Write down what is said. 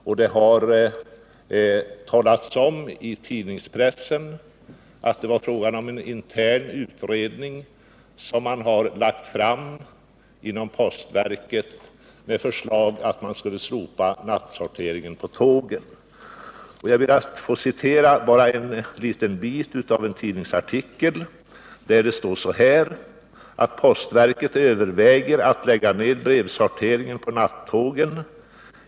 I tidningspressen har det sagts att det var fråga om en intern utredning inom postverket, vilken gått ut på att man skulle slopa nattsorteringen på tågen. Jag vill bara citera en liten bit av en tidningsartikel: ”Postverket överväger att lägga ned brevsorteringen på nattågen.